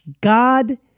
God